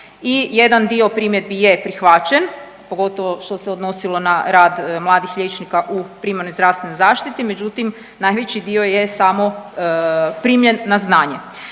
jedan dio primjedbi je prihvaćen pogotovo što se odnosilo na rad mladih liječnika u primarnoj zdravstvenoj zaštiti, međutim najveći dio je samo primljen na znanje.